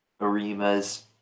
ARIMAs